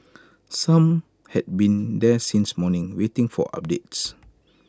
some had been there since morning waiting for updates